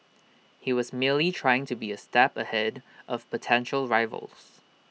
he was merely trying to be A step ahead of potential rivals